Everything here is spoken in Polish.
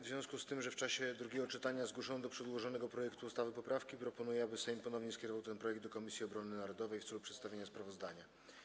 W związku z tym, że w czasie drugiego czytania zgłoszono do przedłożonego projektu ustawy poprawki, proponuję, aby Sejm ponownie skierował ten projekt do Komisji Obrony Narodowej w celu przedstawienia sprawozdania.